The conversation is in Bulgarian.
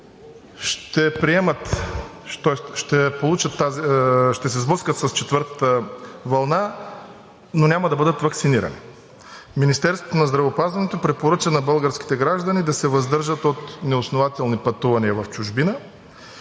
ще се сблъскат с четвъртата вълна, но няма да бъдат ваксинирани. Министерството на здравеопазването препоръча на българските граждани да се въздържат от неоснователни пътувания в чужбина.